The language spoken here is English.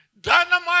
Dynamite